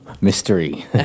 Mystery